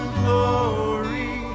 glory